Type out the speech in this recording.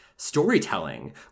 storytelling